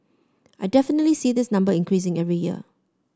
I definitely see this number increasing every year